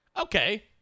Okay